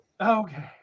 Okay